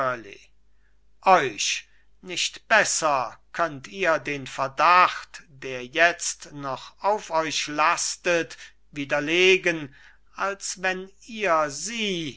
euch nicht besser könnt ihr den verdacht der jetzt noch auf euch lastet widerlegen als wenn ihr sie